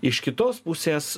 iš kitos pusės